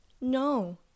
no